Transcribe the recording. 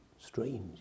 strange